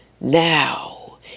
now